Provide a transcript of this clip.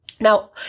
Now